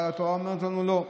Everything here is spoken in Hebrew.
אבל התורה אומרת לנו: לא.